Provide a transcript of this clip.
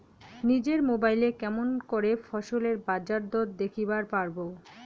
নিজের মোবাইলে কেমন করে ফসলের বাজারদর দেখিবার পারবো?